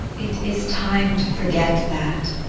it is time to forget that.